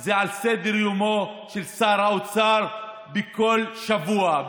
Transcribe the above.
זה על סדר-יומו של שר האוצר בכל שבוע.